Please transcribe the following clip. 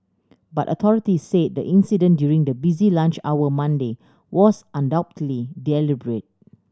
but authorities said the incident during the busy lunch hour Monday was undoubtedly deliberate